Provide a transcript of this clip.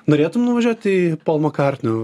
norėtum nuvažiuoti į pol makartnio